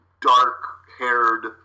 dark-haired